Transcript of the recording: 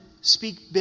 speak